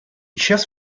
час